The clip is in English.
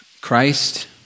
Christ